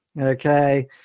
Okay